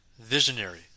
visionary